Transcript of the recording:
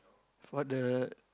for the